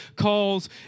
calls